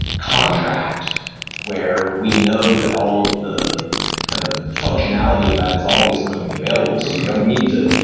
contract where we know that all of the kind of functionality of that is always going to be available. so you don't need to